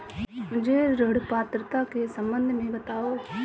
मुझे ऋण पात्रता के सम्बन्ध में बताओ?